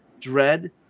Dread